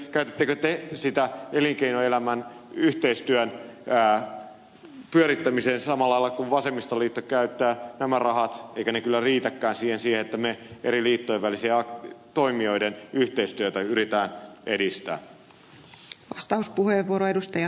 en tiedä käytättekö te niitä elinkeinoelämän yhteistyön pyörittämiseen samalla lailla kuin vasemmistoliitto käyttää nämä rahat eivätkä ne kyllä riitäkään siihen että me eri liittojen välisien toimijoiden yhteistyötä yritämme edistää